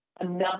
enough